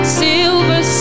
silver